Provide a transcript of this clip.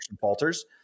falters